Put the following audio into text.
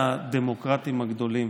אלה הדמוקרטים הגדולים,